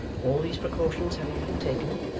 all these precautions having been taken,